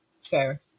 Fair